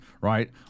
right